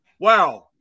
Wow